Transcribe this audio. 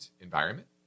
environment